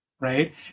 right